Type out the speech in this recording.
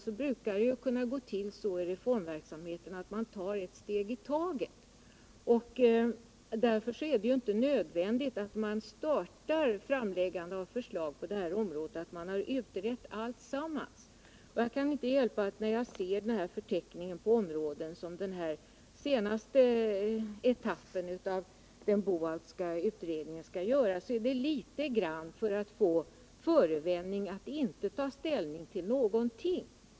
Det brukar kunna gå till så i reformverksamheten att man tar ett steg i taget. Det är inte nödvändigt att avstå från att börja lägga fram förslag på det här området till dess att man har utrett alltsammans. När jag ser förteckningen över de områden som den Boaltska utredningen skall syssla med i den senaste etappen, kan jag inte hjälpa att det förefaller mig som om allt detta arbete med att samla in kunskaper vore en förevändning för att inte ta ställning till någonting.